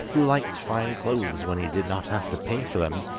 who liked fine clothes when he did not have to pay for them,